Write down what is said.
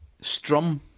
Strum